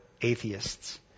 atheists